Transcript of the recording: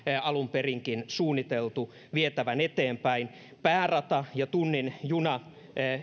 alun perinkin suunniteltu vietävän eteenpäin päärata ja tunnin juna